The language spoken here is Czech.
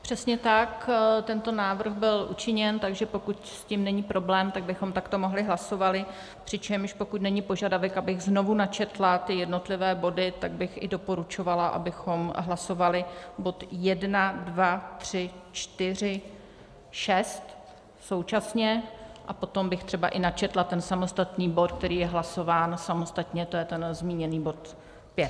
Přesně tak, tento návrh byl učiněn, takže pokud s tím není problém, tak bychom takto hlasovali, přičemž pokud není požadavek, abych znovu načetla ty jednotlivé body, tak bych i doporučovala, abychom hlasovali bod 1, 2, 3, 4, 6 současně a potom bych třeba i načetla ten samostatný bod, který je hlasován samostatně, to je ten zmíněný bod 5.